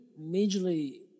majorly